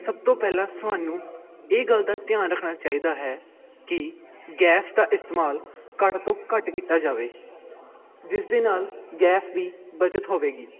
ਸਭ ਤੋਂ ਪਹਿਲਾਂ ਤੁਹਾਨੂੰ ਇਹ ਗੱਲ ਦਾ ਧਿਆਨ ਰੱਖਣਾ ਚਾਹੀਦਾ ਹੈ ਕਿ ਗੈਸ ਦਾ ਇਸਤੇਮਾਲ ਘੱਟ ਤੋਂ ਘੱਟ ਕੀਤਾ ਜਾਵੇ ਜਿਸ ਦੇ ਨਾਲ ਗੈਸ ਦੀ ਬੱਚਤ ਹੋਵੇਗੀ